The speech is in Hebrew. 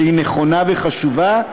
שהיא נכונה וחשובה,